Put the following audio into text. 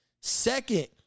second